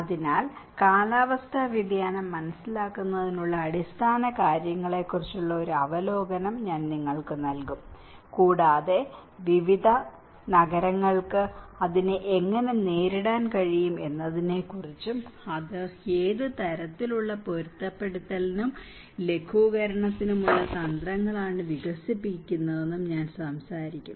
അതിനാൽ കാലാവസ്ഥാ വ്യതിയാനം മനസ്സിലാക്കുന്നതിനുള്ള അടിസ്ഥാനകാര്യങ്ങളെക്കുറിച്ചുള്ള ഒരു അവലോകനം ഞാൻ നിങ്ങൾക്ക് നൽകും കൂടാതെ വിവിധ നഗരങ്ങൾക്ക് അതിനെ എങ്ങനെ നേരിടാൻ കഴിയും എന്നതിനെക്കുറിച്ചും അവർ ഏത് തരത്തിലുള്ള പൊരുത്തപ്പെടുത്തലിനും ലഘൂകരണത്തിനുമുള്ള തന്ത്രങ്ങളാണ് വികസിപ്പിച്ചെടുക്കുന്നതെന്നും ഞങ്ങൾ സംസാരിക്കും